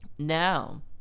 Now